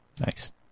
Nice